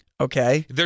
Okay